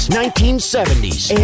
1970s